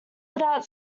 without